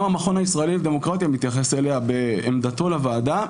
המכון הישראלי לדמוקרטיה מתייחס אליה בעמדתו לוועדה,